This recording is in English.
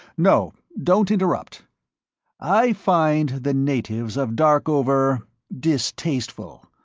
no don't interrupt i find the natives of darkover distasteful,